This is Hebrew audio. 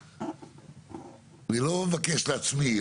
אני לא מבקש לעצמי,